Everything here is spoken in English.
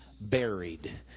buried